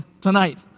tonight